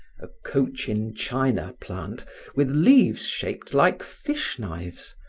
a cochin china plant with leaves shaped like fish-knives,